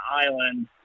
island